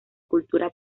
cultura